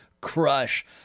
crush